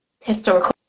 historical